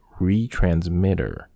retransmitter